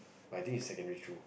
but I think it's secondary true